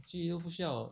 聚又不需要